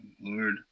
Lord